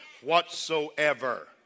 whatsoever